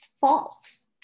false